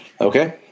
Okay